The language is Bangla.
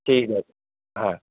ঠিক আছে হ্যাঁ